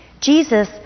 Jesus